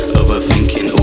overthinking